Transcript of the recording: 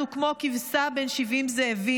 אנחנו כמו כבשה בין 70 זאבים,